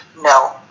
No